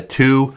two